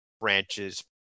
branches